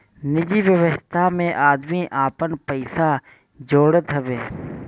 निजि व्यवस्था में आदमी आपन पइसा जोड़त हवे